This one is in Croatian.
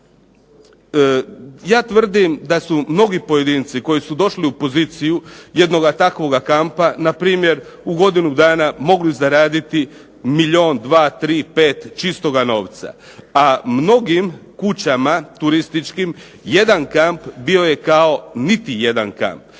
ja tvrdim da su mnogi pojedinci koji su došli u poziciju jednoga takvoga kampa npr. u godinu dana mogli zaraditi milijun, dva, tri, pet čistoga novca. A mnogim kućama turističkim jedan kamp bio je kao niti jedan kamp.